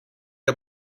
der